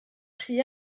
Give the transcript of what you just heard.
rhy